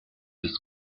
des